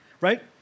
right